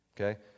Okay